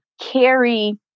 carry